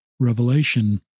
Revelation